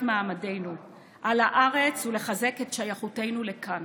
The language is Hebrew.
מעמדנו על הארץ ולחזק את שייכותנו לכאן.